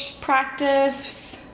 practice